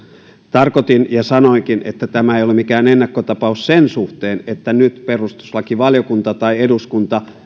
tarkoitin ja sanoinkin että tämä ei ole mikään ennakkotapaus sen suhteen että nyt perustuslakivaliokunta tai eduskunta